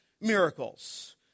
miracles